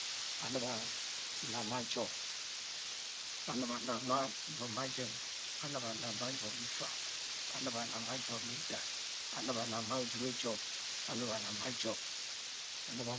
An̵ib anna ma jọp, an̵ib anna ma jọp ma jẹng, an̵ib anna ma jọp ma ifa, an̵ib anna ma jọp ma itad, an̵ib anna ma uzuge jọp, an̵ib anna ma jọp, an̵ib a.